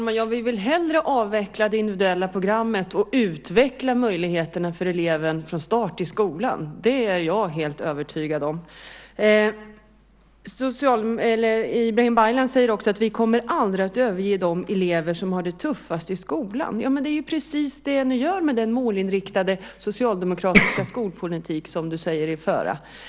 Herr talman! Vi vill hellre avveckla det individuella programmet och utveckla möjligheterna för eleven från start i skolan. Det är jag helt övertygad om. Ibrahim Baylan säger också: Vi kommer aldrig att överge de elever som har det tuffast i skolan. Det är ju precis det ni gör med den målinriktade socialdemokratiska skolpolitik som du säger att ni för.